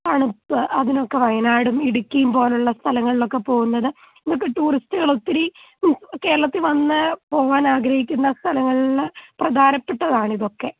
തണുപ്പ് അതിനൊക്കെ വയനാടും ഇടുക്കീം പോലുള്ള സ്ഥലങ്ങളിലൊക്കെ പോകുന്നത് ഇതൊക്കെ ടൂറിസ്റ്റുകളൊത്തിരി മീൻസ് കേരളത്തിൽ വന്ന് പോവാനാഗ്രഹിക്കുന്ന സ്ഥലങ്ങളിലെ പ്രധാനപ്പെട്ടതാണിതൊക്കെ